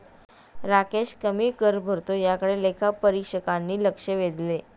राकेश कमी कर भरतो याकडे लेखापरीक्षकांनी लक्ष वेधले